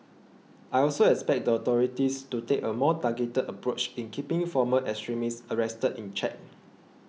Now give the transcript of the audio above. I also expect the authorities to take a more targeted approach in keeping former extremists arrested in check